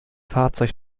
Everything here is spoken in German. fahrzeug